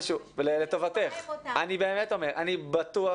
אני בטוח,